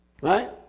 Right